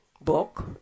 book